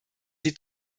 sie